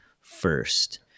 first